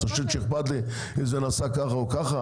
את חושבת שאכפת לי אם זה נעשה ככה או ככה?